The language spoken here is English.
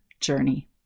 journey